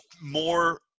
more